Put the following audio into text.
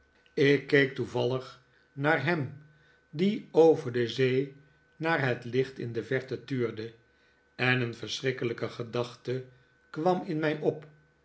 ik keek toevallig naar ham die over de zee naar het licht in de verte tuurde en een verschrikkelijke gedachte kwam in mij op